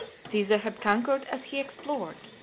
caesar had conquered as he explored,